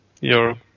Europe